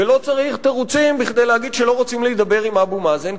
ולא צריך תירוצים כדי להגיד: לא רוצים להידבר עם אבו מאזן,